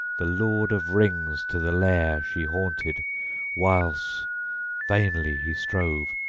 the lord of rings to the lair she haunted whiles vainly he strove,